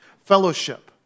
Fellowship